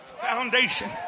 foundation